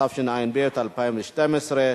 התשע"ב 2012,